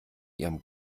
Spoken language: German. ihrem